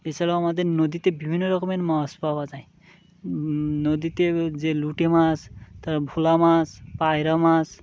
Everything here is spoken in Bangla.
এ ছাড়াও আমাদের নদীতে বিভিন্ন রকমের মাছ পাওয়া যায় নদীতে যে লোটে মাছ তারপর ভোলা মাছ পায়রা মাছ